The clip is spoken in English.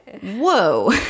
whoa